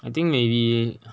I think maybe